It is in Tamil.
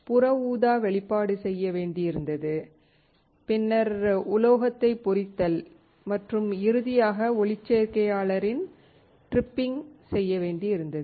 புற ஊதா வெளிப்பாடு செய்ய வேண்டி இருந்தது பின்னர் உலோகத்தை பொறித்தல் மற்றும் இறுதியாக ஒளிச்சேர்க்கையாளரின் ட்ரிப்பிங் செய்ய வேண்டி இருந்தது